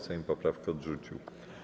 Sejm poprawkę odrzucił.